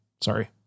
Sorry